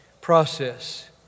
process